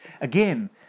Again